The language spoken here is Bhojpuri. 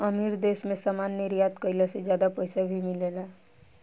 अमीर देश मे सामान निर्यात कईला से ज्यादा पईसा भी मिलेला